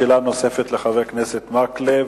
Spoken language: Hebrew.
שאלה נוספת לחבר הכנסת מקלב.